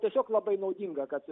tiesiog labai naudinga kad